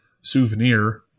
souvenir –